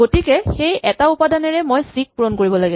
এতিয়া সেই এটা উপাদানেৰে মই চি ক পূৰণ কৰিব লাগে